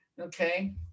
okay